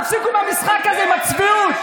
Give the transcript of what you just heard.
תפסיקו עם המשחק הזה, עם הצביעות.